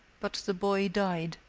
but the boy died,